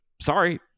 Sorry